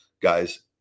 guys